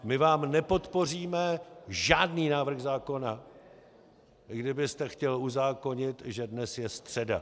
My vám nepodpoříme žádný návrh zákona, i kdybyste chtěl uzákonit, že dnes je středa.